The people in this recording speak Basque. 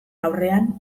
aurrean